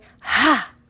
ha